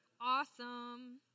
Awesome